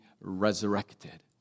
resurrected